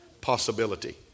possibility